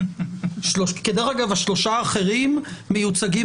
השלושה האחרים מיוצגים